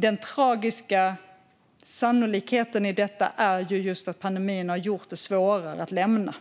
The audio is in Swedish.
Den tragiska sannolikheten i detta är just att pandemin har gjort det svårare att lämna.